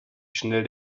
schnell